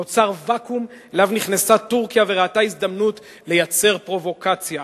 "נוצר ואקום שאליו נכנסה טורקיה וראתה הזדמנות לייצר פרובוקציה".